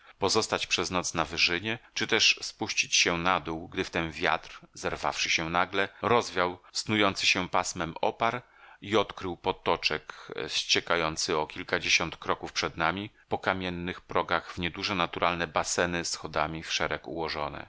pozostać przez noc na wyżynie czy też spuścić się na dół gdy wtem wiatr zerwawszy się nagle rozwiał snujący się pasmem opar i odkrył potoczek zciekający o kilkadziesiąt kroków przed nami po kamiennych progach w nieduże naturalne baseny schodami w szereg ułożone